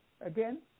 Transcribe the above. again